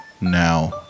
now